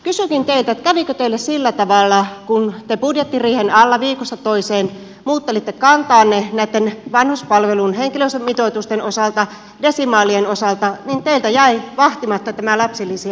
kysynkin teiltä kävikö teille sillä tavalla kun te budjettiriihen alla viikosta toiseen muuttelitte kantaanne näitten vanhuspalvelun henkilöstömitoitusten desimaalien osalta että teiltä jäi vahtimatta tämä lapsilisien indeksikorotus